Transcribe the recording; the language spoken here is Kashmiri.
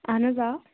اَہَن حظ آ